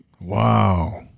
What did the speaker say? Wow